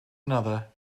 another